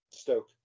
Stoke